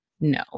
no